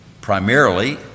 primarily